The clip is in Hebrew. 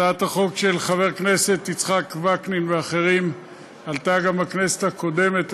הצעת החוק של חבר הכנסת יצחק וקנין ואחרים עלתה גם בכנסת הקודמת,